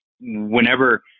Whenever